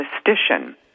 statistician